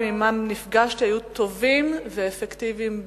שעמם נפגשתי היו טובים ואפקטיביים מאוד.